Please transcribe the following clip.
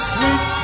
Sweet